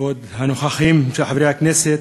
כבוד הנוכחים חברי הכנסת,